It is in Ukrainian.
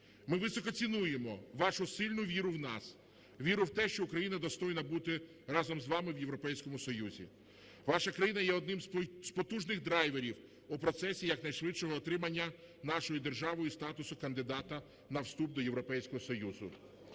Ми високо цінуємо вашу сильну віру в нас, віру в те, що Україна достойна бути разом з вами в Європейському Союзі. Ваша країна є одним з потужних драйверів у процесі якнайшвидшого отримання нашою державою статусу кандидата на вступ до Європейського Союзу.